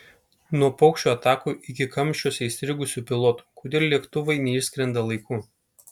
nuo paukščių atakų iki kamščiuose įstrigusių pilotų kodėl lėktuvai neišskrenda laiku